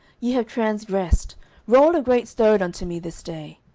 ye have transgressed roll a great stone unto me this day.